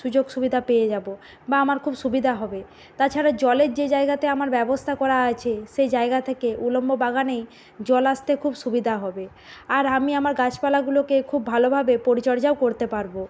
সুযোগ সুবিধা পেয়ে যাবো বা আমার খুব সুবিধা হবে তাছাড়া জলের যে জায়গাতে আমার ব্যবস্থা করা আছে সে জায়গা থেকে উলম্ব বাগানেই জল আসতে খুব সুবিধা হবে আর আমি আমার গাছপালাগুলোকে খুব ভালোভাবে পরিচর্যাও করতে পারবো